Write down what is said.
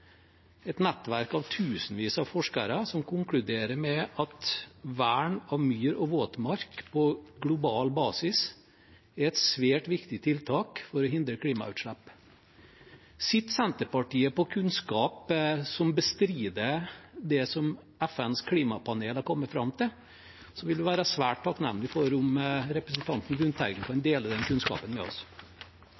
et nettverk av tusenvis av forskere som konkluderer med at vern av myr og våtmark på global basis er et svært viktig tiltak for å hindre klimautslipp. Sitter Senterpartiet på kunnskap som bestrider det som FNs klimapanel har kommet fram til? I tilfelle vil jeg være svært takknemlig om representanten Lundteigen kan